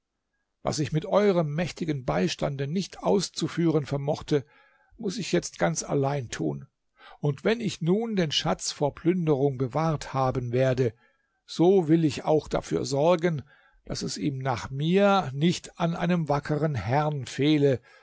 was ich mit eurem mächtigen beistande nicht auszuführen vermochte muß ich jetzt ganz allein tun und wenn ich nun den schatz vor plünderung bewahrt haben werde so will ich auch dafür sorgen daß es ihm nach mir nicht an einem wackern herrn fehle